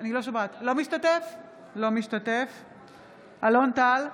אינו משתתף בהצבעה אלון טל,